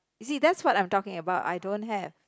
you see that's what I'm talking about I don't have